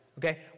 Okay